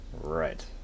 right